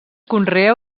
conrea